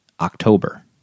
october